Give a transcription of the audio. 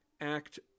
act